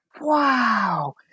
wow